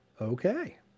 okay